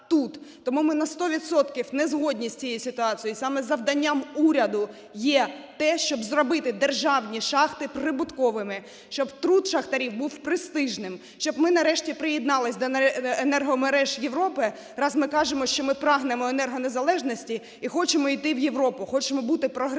Тому ми на сто відсотків не згодні з цією ситуацію, і саме завданням уряду є те, щоб зробити державні шахти прибутковими, щоб труд шахтарів був престижним, щоб ми нарешті приєдналися до енергомереж Європи, раз ми кажемо, що ми прагнемо енергонезалежності і хочемо йти в Європу, хочемо бути прогресивними.